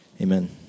Amen